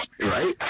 Right